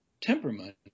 temperament